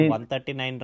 139